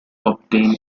obtain